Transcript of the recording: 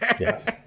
Yes